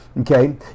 Okay